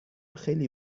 خیلی